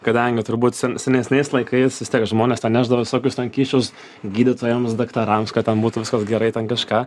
kadangi turbūt sen senesniais laikais žmonės ten nešdavo visokius ten kyšius gydytojams daktarams kad ten būtų viskas gerai ten kažką